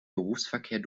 berufsverkehr